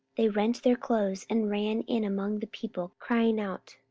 they rent their clothes, and ran in among the people, crying out,